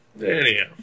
Anyhow